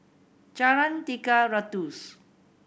Jalan Tiga Ratus